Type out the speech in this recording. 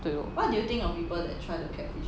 对 lor